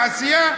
העשייה,